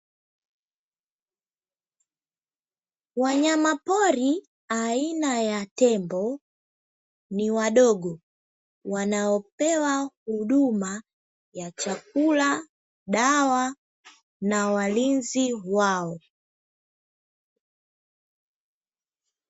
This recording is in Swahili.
Wanyamapori ni aina ya tembo, ni wadogo, wanaopewa huduma ya chakula, dawa na walinzi wao.